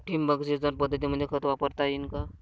ठिबक सिंचन पद्धतीमंदी खत वापरता येईन का?